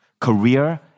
career